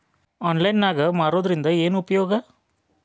Online ನಾಗ್ ಮಾರೋದ್ರಿಂದ ಏನು ಉಪಯೋಗ?